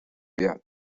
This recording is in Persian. بیاد